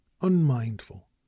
unmindful